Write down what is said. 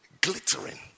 glittering